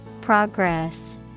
Progress